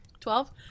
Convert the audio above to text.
Twelve